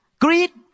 Greet